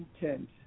intent